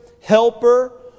helper